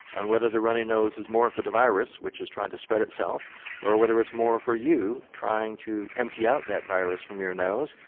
on whether the runny nose is more for the virus, which is trying to spread itself or whether it's more for you trying to empty out that virus from your nose,